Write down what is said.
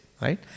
Right